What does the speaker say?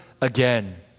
again